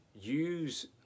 use